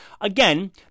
again